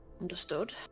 Understood